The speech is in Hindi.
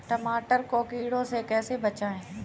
टमाटर को कीड़ों से कैसे बचाएँ?